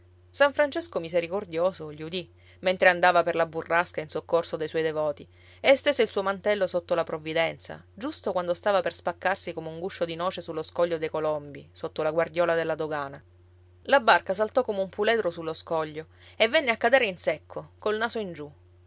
san francesco misericordioso li udì mentre andava per la burrasca in soccorso dei suoi devoti e stese il suo mantello sotto la provvidenza giusto quando stava per spaccarsi come un guscio di noce sullo scoglio dei colombi sotto la guardiola della dogana la barca saltò come un puledro sullo scoglio e venne e cadere in secco col naso in giù